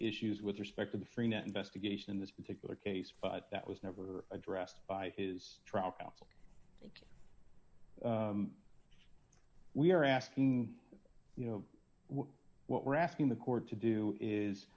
issues with respect to the freenet investigation in this particular case but that was never addressed by his trial counsel we are asking you know what we're asking the court to do is